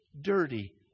dirty